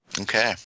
Okay